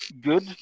good